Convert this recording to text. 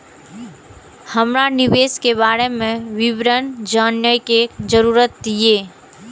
हमरा निवेश के बारे में विवरण जानय के जरुरत ये?